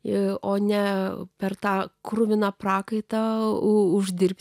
ir o ne per tą kruviną prakaitą uždirbti